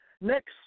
Next